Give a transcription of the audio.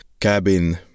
cabin